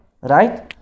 Right